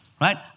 Right